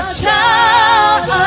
child